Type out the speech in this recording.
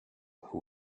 who